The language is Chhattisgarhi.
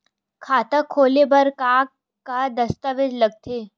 खाता खोले बर का का दस्तावेज लगथे?